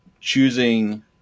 choosing